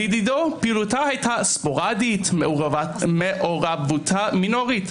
לדידו, פעילותה הייתה ספורדית, מעורבותה מינורית.